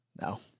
No